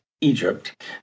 Egypt